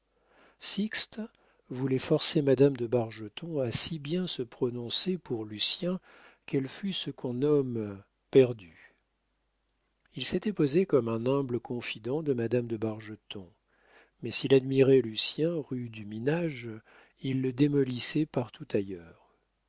sixte voulait forcer madame de bargeton à si bien se prononcer pour lucien qu'elle fût ce qu'on nomme perdue il s'était posé comme un humble confident de madame de bargeton mais s'il admirait lucien rue du minage il le démolissait partout ailleurs